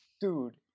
dude